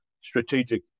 strategic